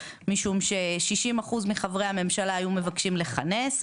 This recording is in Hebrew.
משום ש- 60% מחברי הממשלה היו מבקשים לכנס,